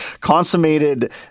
consummated